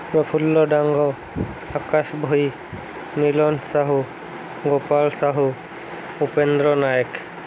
Prafulla Dang Akash Bhoi Milan Sahu Gopal Sahu Upendra Nayak